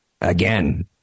Again